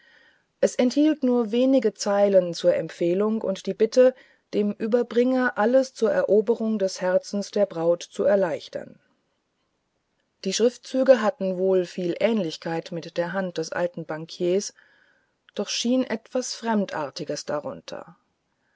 es enthielt nur wenige zeilen zur empfehlung und die bitte dem überbringer alles zur eroberung des herzens der braut zu erleichtern die schriftzüge hatten wohl viel ähnlichkeit mit der hand des alten bankiers doch schien etwas fremdartiges darunter